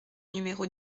numéro